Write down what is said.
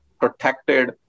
protected